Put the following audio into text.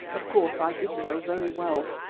of course i did know very well,